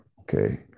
Okay